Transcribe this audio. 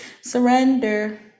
Surrender